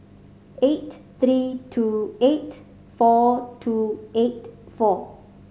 eight three two eight four two eight four